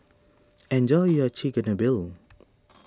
enjoy your Chigenabe